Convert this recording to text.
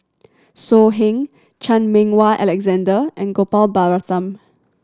So Heng Chan Meng Wah Alexander and Gopal Baratham